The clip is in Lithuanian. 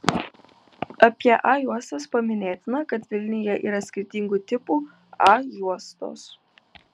apie a juostas paminėtina kad vilniuje yra skirtingų tipų a juostos